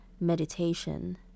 meditation